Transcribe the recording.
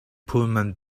pullman